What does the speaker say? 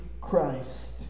Christ